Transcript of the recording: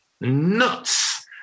nuts